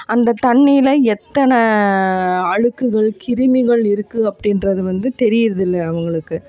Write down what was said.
அந்த தண்ணியில் எத்தனை அழுக்குகள் கிருமிகள் இருக்குது அப்படின்றது வந்து தெரிகிறது இல்லை அவங்களுக்கு